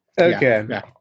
Okay